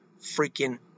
freaking